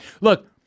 Look